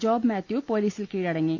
ജോബ്മാത്യു പൊലീസിൽ കീഴടങ്ങി